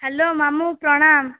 hello ମାମୁଁ ପ୍ରଣାମ